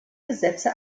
gesetze